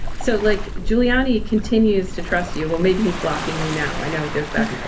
so like giuliani continues to trust you. well, maybe he's blocking you now. i know he goes back,